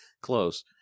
close